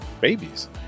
Babies